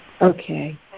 okay